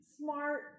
smart